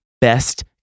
best